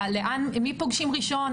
את מי פוגשים ראשון,